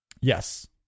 Yes